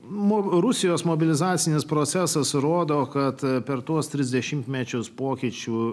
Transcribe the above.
man rusijos mobilizacines procesas rodo kad per tuos tris dešimtmečius pokyčių